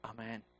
Amen